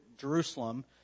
Jerusalem